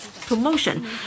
promotion